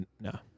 no